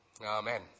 Amen